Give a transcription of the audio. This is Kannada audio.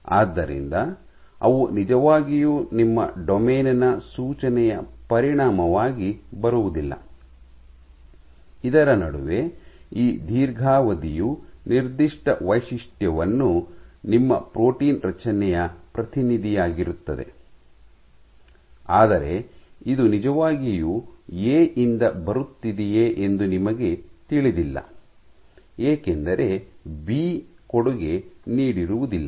ಆದ್ದರಿಂದ ಅವು ನಿಜವಾಗಿಯೂ ನಿಮ್ಮ ಡೊಮೇನ್ ನ ಸೂಚನೆಯ ಪರಿಣಾಮವಾಗಿ ಬರುವುದಿಲ್ಲ ಇದರ ನಡುವೆ ಈ ದೀರ್ಘಾವಧಿಯು ನಿರ್ದಿಷ್ಟ ವೈಶಿಷ್ಟ್ಯ ನಿಮ್ಮ ಪ್ರೋಟೀನ್ ರಚನೆಯ ಪ್ರತಿನಿಧಿಯಾಗಿರುತ್ತದೆ ಆದರೆ ಇದು ನಿಜವಾಗಿಯೂ ಎ ಯಿಂದ ಬರುತ್ತಿದೆಯೆ ಎಂದು ನಿಮಗೆ ತಿಳಿದಿಲ್ಲ ಏಕೆಂದರೆ ಬಿ ಕೊಡುಗೆ ನೀಡಿರುವುದಿಲ್ಲ